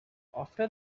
after